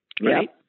right